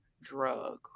drug